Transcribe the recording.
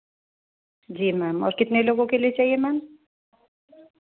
जी ma'am और कितने लोगों के लिए चाहिए मैम